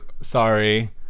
sorry